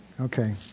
Okay